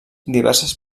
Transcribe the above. diverses